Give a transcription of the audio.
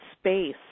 space